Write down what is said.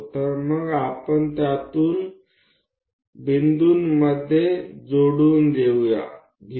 तर मग आपण त्यातून बिंदू जोडून घेऊ